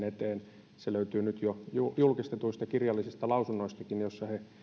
eteen se löytyy nyt jo jo julkistetuista kirjallisista lausunnoistakin että he